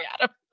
adam